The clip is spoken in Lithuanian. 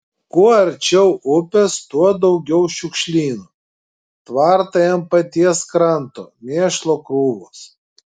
kuo arčiau upės tuo daugiau šiukšlynų tvartai ant paties kranto mėšlo krūvos